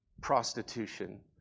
prostitution